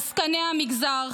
עסקני המגזר,